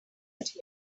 asked